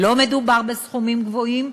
לא מדובר בסכומים גבוהים,